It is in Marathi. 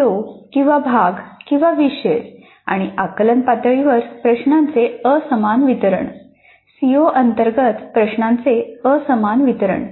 सीओ किंवा भाग किंवा विषय आणि आकलन पातळीवर प्रश्नांचे असमान वितरण सीओ अंतर्गत प्रश्नांचे असमान वितरण